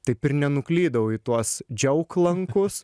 taip ir nenuklydau į tuos džiauklankus